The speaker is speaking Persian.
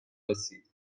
رسید